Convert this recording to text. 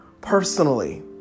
personally